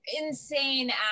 insane